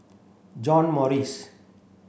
John Morrice